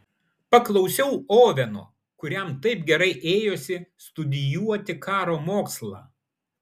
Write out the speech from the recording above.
paklausiau oveno kuriam taip gerai ėjosi studijuoti karo mokslą